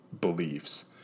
beliefs